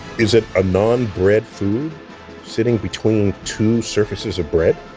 is it a non-bread food sitting between two surfaces of bread?